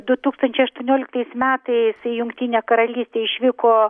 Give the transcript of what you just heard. du tūkstančiai aštuonioliktais metais į jungtinę karalystę išvyko